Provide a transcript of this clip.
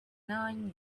nine